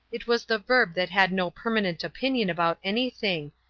it was the verb that had no permanent opinion about anything,